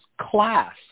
class